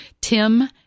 Tim